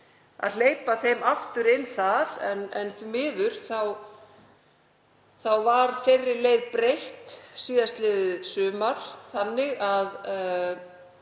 að hleypa þeim aftur inn þar en því miður var þeirri leið breytt síðastliðið sumar þannig að